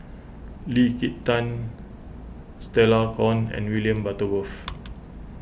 Lee Kin Tat Stella Kon and William Butterworth